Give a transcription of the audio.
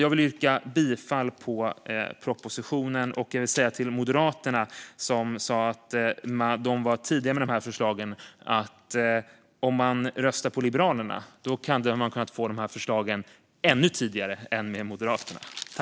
Jag vill yrka bifall till propositionen. Till Moderaterna, som sa att de var tidiga med de här förslagen, vill jag säga att om man hade röstat på Liberalerna hade man kunnat få dessa förslag ännu tidigare än med Moderaterna.